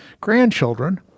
grandchildren